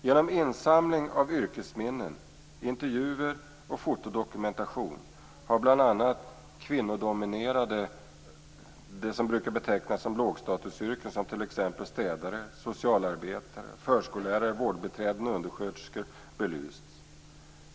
Genom insamling av yrkesminnen, intervjuer och fotodokumentation har bl.a. kvinnodominerade yrken, det som brukar betecknas som lågstatusyrken, som t.ex. städare, socialarbetare, förskollärare, vårdbiträden och undersköterskor, belysts.